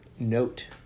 note